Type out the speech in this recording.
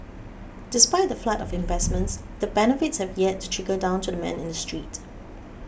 despite the flood of investments the benefits have yet to trickle down to the man in the street